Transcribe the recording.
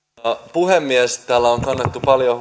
puhemies täällä on kannettu paljon